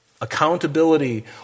Accountability